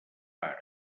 pare